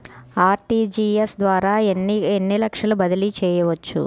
RTGS ద్వారా ఎన్ని లక్షలు బదిలీ చేయవచ్చు?